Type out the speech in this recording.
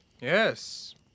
Yes